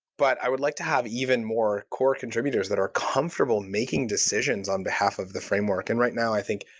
but i would like to have even more core contributors that are comfortable making decisions on behalf of the framework. and right now, i think,